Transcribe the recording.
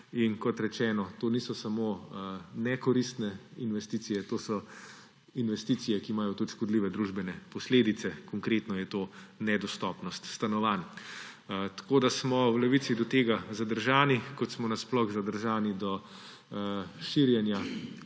In kot rečeno, to niso samo nekoristne investicije, to so investicije, ki imajo tudi škodljive družbene posledice, konkretno je to nedostopnost stanovanj. V Levici smo do tega zadržani, kot smo nasploh zadržani do širjenja